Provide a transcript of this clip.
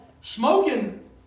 smoking